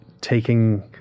taking